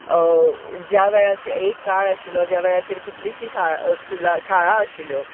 ज्या वेळाचेर एक काळ आशिल्लो ज्या वेळाचेर कितलीशीं स्कुलां शाळा आशिल्ल्यो